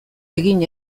egin